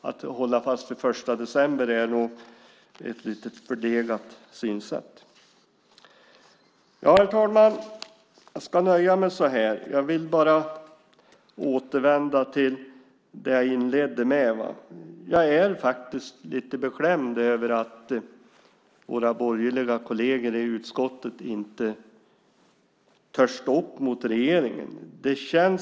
Det är nog ett lite förlegat synsätt att hålla fast vid den 1 december. Herr talman! Jag ska nöja mig med detta. Jag vill bara återvända till det jag inledde med. Jag är faktiskt lite beklämd över att våra borgerliga kolleger i utskottet inte törs stå upp mot regeringen.